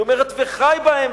היא אומרת: וחי בהם,